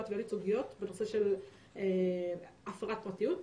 תביעות ייצוגיות בנושא של הפרת פרטיות.